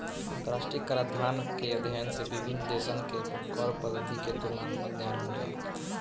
अंतरराष्ट्रीय कराधान के अध्ययन से विभिन्न देशसन के कर पद्धति के तुलनात्मक ज्ञान होला